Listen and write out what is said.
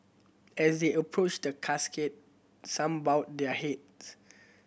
as they approached the casket some bowed their heads